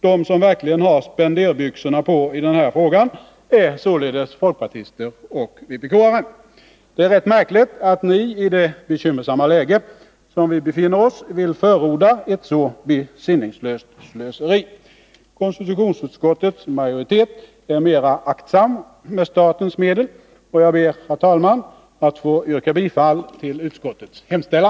— De som verkligen har spenderbyxorna på i den här frågan är således folkpartister och vpk-are. Det är rätt märkligt att ni i det bekymmersamma läge som vi befinner oss i vill förorda ett så besinningslöst slöseri. Konstitutionsutskottets majoritet är mera aktsam med statens medel. Jag ber, fru talman, att få yrka bifall till utskottets hemställan.